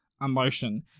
emotion